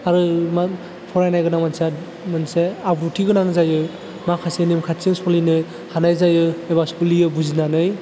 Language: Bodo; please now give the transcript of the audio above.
आरो मा फरायनाय गोनां मानसिया मोनसे आब्रुथि गोनां जायो माखासे नेमखान्थिजों सलिनो हानाय जायो एबा सोलियो बुजिनानै